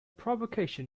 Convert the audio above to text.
provocation